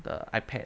the ipad